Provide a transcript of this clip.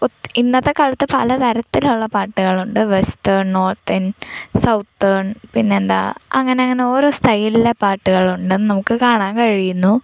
ഒപ്പം ഇന്നത്തെ കാലത്ത് പല തരത്തിലുള്ള പാട്ടുകളുണ്ട് വെസ്റ്റേൺ നോർത്തേൺ സൗത്തേൺ പിന്നെന്താണ് അങ്ങനെ അങ്ങനെ ഓരോ സ്റ്റൈലിലെ പാട്ടുകളുമുണ്ട് നമുക്ക് കാണാൻ കഴിയുന്നു